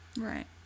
right